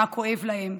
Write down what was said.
מה כואב להם,